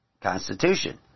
Constitution